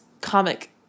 comic